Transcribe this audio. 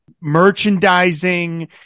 merchandising